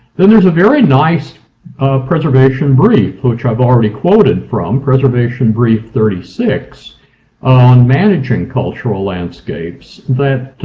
then there's a very nice preservation brief which i've already quoted from, preservation brief thirty six on managing cultural landscapes, that